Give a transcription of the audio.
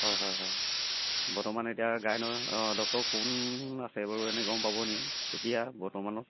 হয় হয় হয় বৰ্তমান এতিয়া গাইনোৰ অঁ ডক্টৰ কোন আছে বাৰু এনেই গম পাবনি এতিয়া বৰ্তমানত